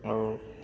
आओर